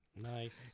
Nice